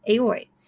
Aoi